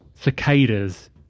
cicadas